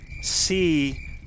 see